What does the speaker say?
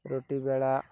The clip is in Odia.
ରୁଟି ବେଳା